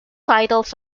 titles